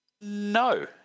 no